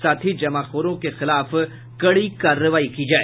साथ ही जमाखोरों के खिलाफ कड़ी कार्रवाई की जाए